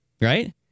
Right